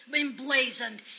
emblazoned